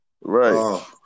Right